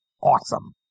Awesome